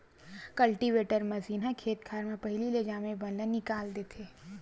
cultivator machine ह खेत खार म पहिली ले जामे बन ल निकाल देथे